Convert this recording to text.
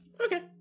Okay